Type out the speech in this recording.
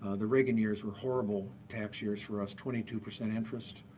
ah the reagan years were horrible tax years for us twenty two percent interest,